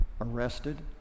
arrested